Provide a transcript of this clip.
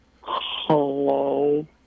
Hello